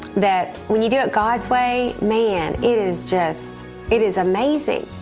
that we do it god's way, man, it is just it is amazing.